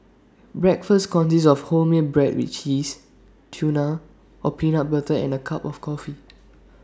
breakfast consists of wholemeal bread with cheese tuna or peanut butter and A cup of coffee